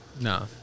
No